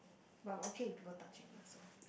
but I'm okay with people touching her so